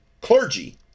clergy